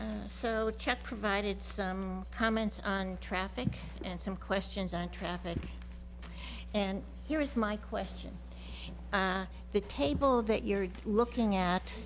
so check provided some comments on traffic and some questions on traffic and here is my question the table that you're looking